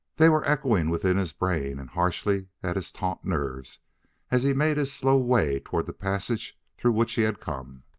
they were echoing within his brain and harshly at his taut nerves as he made his slow way toward the passage through which he had come.